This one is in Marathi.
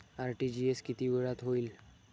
आर.टी.जी.एस किती वेळात होईल?